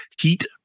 Heat